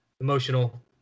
emotional